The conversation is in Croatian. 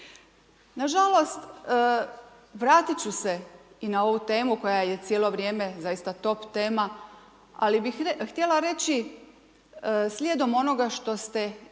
Nažalost vratit ću se i na ovu temu koja je cijelo vrijeme zaista top tema, ali bih htjela reći slijedom onoga što ste